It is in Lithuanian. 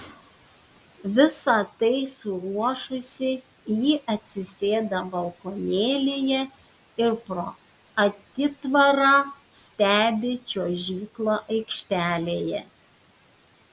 visa tai suruošusi ji atsisėda balkonėlyje ir pro atitvarą stebi čiuožyklą aikštelėje